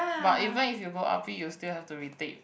but even if you go R_P you still have to retake